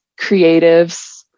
creatives